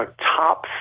top